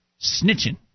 snitching